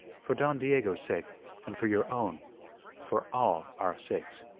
for don diego's sake and for your own for all our sakes.